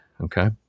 okay